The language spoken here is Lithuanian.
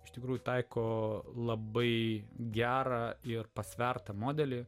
iš tikrųjų taiko labai gerą ir pasvertą modelį